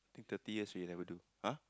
thirty years already never do ah